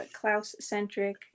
Klaus-centric